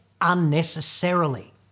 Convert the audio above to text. unnecessarily